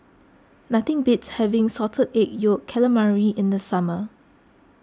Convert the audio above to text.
nothing beats having Salt Egg Yolk Calamari in the summer